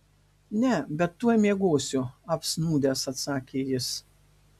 ne bet tuoj miegosiu apsnūdęs atsakė jis